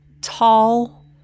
tall